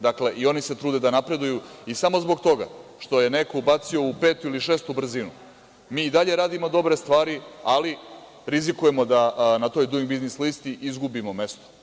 Dakle, i oni se trude da napreduju i samo zbog toga što je neko ubacio u petu ili šestu brzinu, mi i dalje radimo dobre stvari, ali rizikujemo da na toj Duing biznis listi izgubimo mesto.